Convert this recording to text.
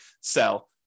sell